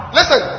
Listen